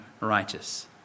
righteous